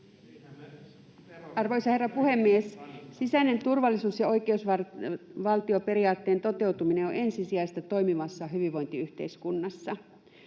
Arvoisa herra puhemies! Sisäinen turvallisuus ja oikeusvaltioperiaatteen toteutuminen on ensisijaista toimivassa hyvinvointiyhteiskunnassa.